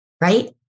Right